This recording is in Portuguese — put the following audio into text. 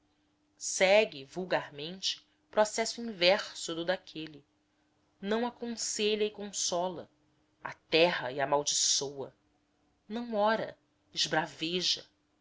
almas segue vulgarmente processo inverso do daqueles não aconselha e consola aterra e amaldiçoa não ora esbraveja